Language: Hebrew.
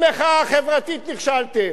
במחאה החברתית נכשלתם,